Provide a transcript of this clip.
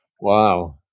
wow